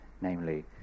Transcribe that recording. namely